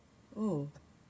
oh